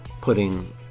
putting